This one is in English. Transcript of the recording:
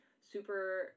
super